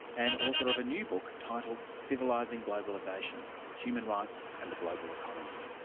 and author of a new book titled civilisation globalisation human rights and the global economy.